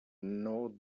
know